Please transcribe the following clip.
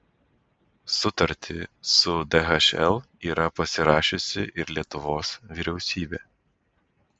sutartį su dhl yra pasirašiusi ir lietuvos vyriausybė